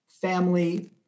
family